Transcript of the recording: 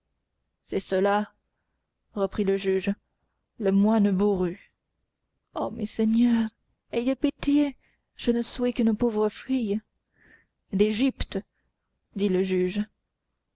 c'est cela reprit le juge le moine bourru ô messeigneurs ayez pitié je ne suis qu'une pauvre fille d'égypte dit le jugea